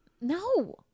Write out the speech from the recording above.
No